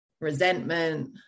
resentment